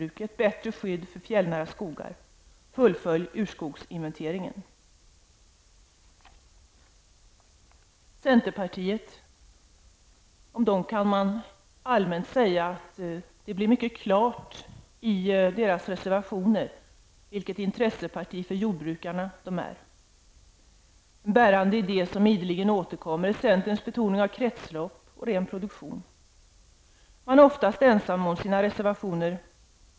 Det behövs ett bättre skydd för fjällnära skogar. Vidare gäller det att fullfölja urskogsinventeringen. Om centerpartiet kan rent allmänt sägas att det av dess reservationer klart framgår vilket intresseparti för jordbrukarna som det här partiet är. En bärande idé, som ideligen återkommer, är centerns betoning av kretsloppet och detta med en ren produktion. I centern är man oftast ensam om sina reservationer.